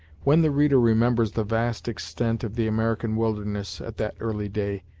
when the reader remembers the vast extent of the american wilderness, at that early day,